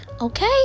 Okay